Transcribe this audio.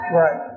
right